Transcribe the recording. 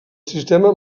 sistema